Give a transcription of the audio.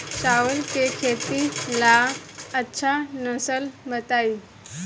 चावल के खेती ला अच्छा नस्ल बताई?